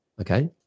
okay